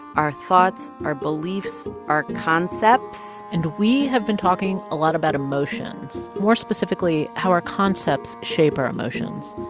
our thoughts, our beliefs, our concepts and we have been talking a lot about emotions, more specifically how our concepts shape our emotions.